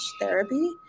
therapy